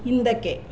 ಹಿಂದಕ್ಕೆ